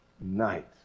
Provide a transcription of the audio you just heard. night